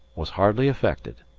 was hardly affected.